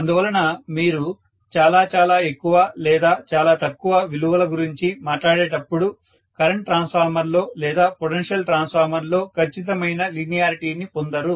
అందువలన మీరు చాలా చాలా ఎక్కువ లేదా చాలా తక్కువ విలువల గురించి మాట్లాడేటప్పుడు కరెంట్ ట్రాన్స్ఫార్మర్ లో లేదా పొటెన్షియల్ ట్రాన్స్ఫార్మర్ లో ఖచ్చితమైన లీనియారిటీని పొందరు